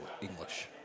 English